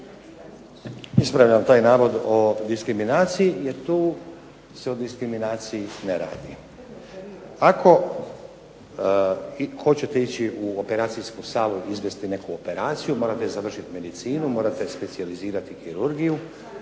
Ispravljam taj navod o diskriminaciji jer tu se o diskriminaciji ne radi. Ako hoćete ići u operacijsku salu izvesti neku operaciju morate završit medicinu, morate specijalizirati kirurgiju,